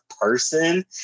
person